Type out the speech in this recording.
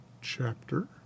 chapter